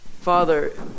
Father